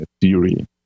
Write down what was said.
theory